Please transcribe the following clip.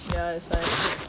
ya that's why